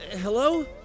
Hello